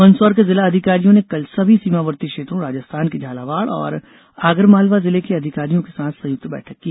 मंदसौर के जिला अधिकारियों ने कल सभी सीमावर्ती क्षेत्रों राजस्थान के झालावाड़ और आगरमालवा जिले के अधिकारियों के साथ संयुक्त बैठक की